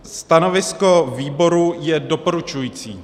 Stanovisko výboru je doporučující.